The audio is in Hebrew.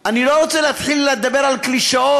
אני לא רוצה להתחיל לדבר על קלישאות,